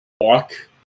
walk